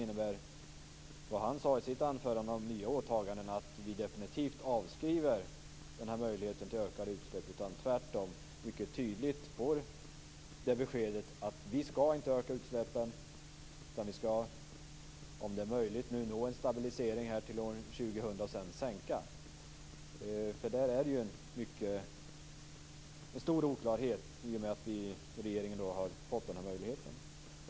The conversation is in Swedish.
Innebär det som han sade i sitt anförande om nya åtaganden att vi definitivt avskriver denna möjlighet till ökade utsläpp och att beskedet tvärtom mycket tydligt är att vi inte skall öka utsläppen utan att vi, om det är möjligt, skall nå en stabilisering till år 2000 för att sedan göra en sänkning? Där råder stor oklarhet i och med att regeringen har fått nämnda möjlighet.